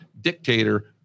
dictator